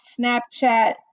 Snapchat